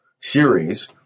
series